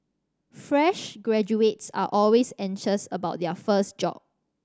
fresh graduates are always anxious about their first job